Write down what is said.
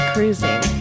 Cruising